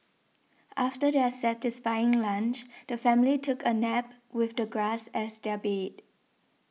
after their satisfying lunch the family took a nap with the grass as their bed